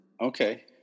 Okay